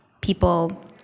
people